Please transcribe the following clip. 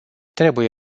trebuie